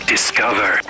Discover